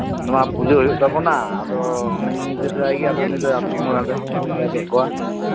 ᱱᱚᱶᱟ ᱯᱩᱡᱟᱹ ᱦᱩᱭᱩᱜ ᱛᱟᱵᱚᱱᱟ ᱟᱫᱚ ᱚᱱᱟᱧ ᱱᱤᱨᱫᱮᱥ ᱟᱭ ᱜᱮ ᱟᱫᱚ ᱩᱱᱤ ᱫᱚ ᱟᱹᱛᱩ ᱢᱚᱬᱮ ᱦᱚᱲᱮ ᱦᱚᱦᱚ ᱡᱟᱣᱨᱟ ᱠᱮᱫ ᱠᱚᱣᱟ